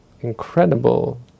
incredible